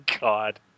God